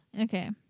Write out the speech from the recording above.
Okay